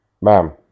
Ma'am